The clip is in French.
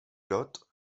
lot